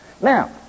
Now